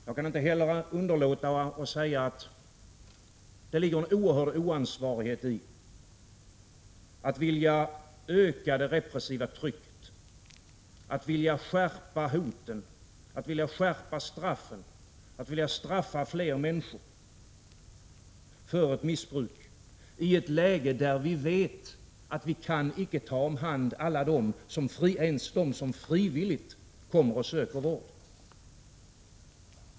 Jag kan inte heller underlåta att säga att det ligger en oerhörd oansvarighet i att vilja öka det repressiva trycket, att vilja skärpa hoten, att vilja skärpa straffen, att vilja straffa fler människor för ett missbruk, i ett läge där vi vet att vi inte kan ta om hand ens alla dem som frivilligt kommer och söker vård.